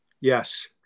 Yes